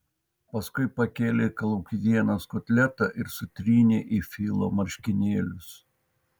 paskui pakėlei kalakutienos kotletą ir sutrynei į filo marškinėlius